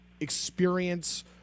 experience